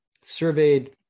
surveyed